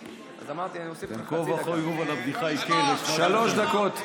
אז אמרתי שאני אוסיף לך חצי דקה.